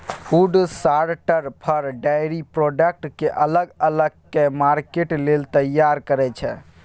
food शार्टर फर, dairy product केँ अलग अलग कए मार्केट लेल तैयार करय छै